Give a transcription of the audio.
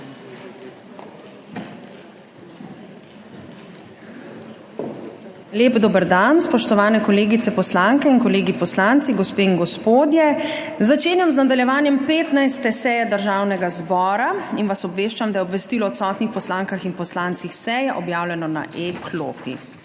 Lep dober dan, spoštovani kolegice poslanke in kolegi poslanci, gospe in gospodje! Začenjam nadaljevanje 15. seje Državnega zbora. Obveščam vas, da je obvestilo o odsotnih poslankah in poslancih s seje objavljeno na e-klopi.